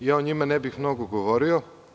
O njima ne bih mnogo govorio.